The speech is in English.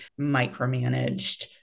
micromanaged